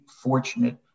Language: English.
fortunate